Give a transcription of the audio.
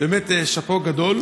באמת שאפו גדול.